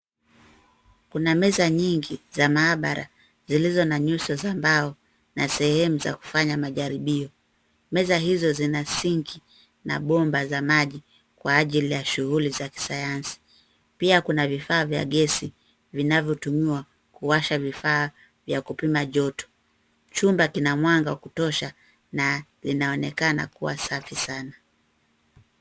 Kuna meza nyingi za maabara zilizo na nyuso za mbao na sehemu za kufanya majaribio. Meza hizo zina sinki na bomba za maji kwa ajili ya shughuli za kisayansi, pia kuna vifaa vya gesi vinavyotumiwa kuwasha vifaa vya kupima joto. Chumba kina mwanga wa kutosha na linaonekana kuwa safi sana.